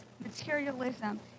materialism